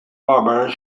barbara